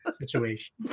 situation